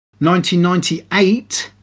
1998